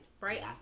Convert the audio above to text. right